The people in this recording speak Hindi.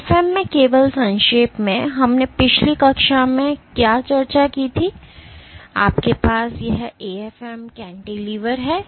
AFM में केवल संक्षेप में हमने पिछली कक्षा में क्या चर्चा की थी आपके पास यह AFM कैंटिलीवर है